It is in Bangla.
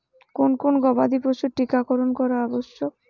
কোন কোন গবাদি পশুর টীকা করন করা আবশ্যক?